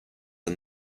and